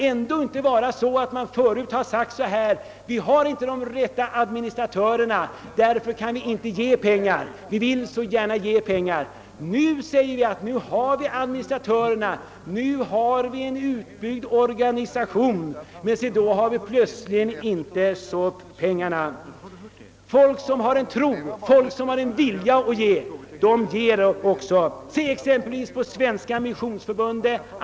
Tidigare har man sagt: »Vi har inte de rätta administratörerna, därför kan vi inte ge pengar fastän vi så gärna vill ge pengar.» Nu har vi administratörerna och en utbyggd organisation, men då har vi plötsligt inte pengarna. Människor som vill ge, de ger också. Se t.ex. på Svenska missionsförbundet!